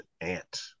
Ant